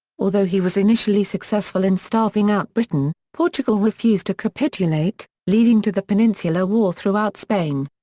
although he was initially successful in starving out britain, portugal refused to capitulate, leading to the peninsular war throughout spain.